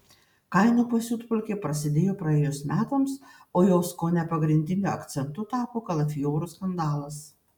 kainų pasiutpolkė prasidėjo praėjus metams o jos kone pagrindiniu akcentu tapo kalafiorų skandalas